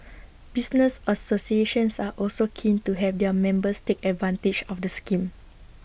business associations are also keen to have their members take advantage of the scheme